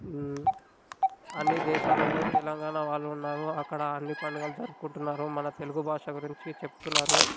అన్నీ దేశాలల్లో తెలంగాణ వాళ్ళు ఉన్నారు అక్కడ అన్నీ పండగలు జరపుకుంటున్నారు మన తెలుగు భాష గురించి చెప్తున్నారు